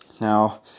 now